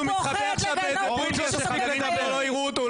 הוא מתחבא עכשיו באיזה בונקר שלא יראו אותו.